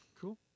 Cool